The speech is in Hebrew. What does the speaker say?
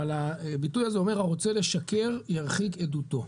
אבל הביטוי הזה אומר הרוצה לשקר ירחיק עדותו.